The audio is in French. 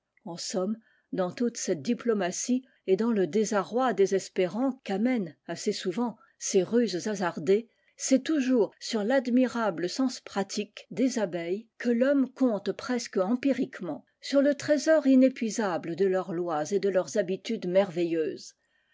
en somme dans toute cette diplomatie et dans le désarroi désespérant mènent assez souvent ces ruses hasardées c'est toujours sur l'admirable sens pratique des abeilles que l'homme compte presque empiriquement sur le trésor inépuisable de leurs lois et de leurs habitudes merveilleuses